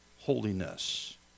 holiness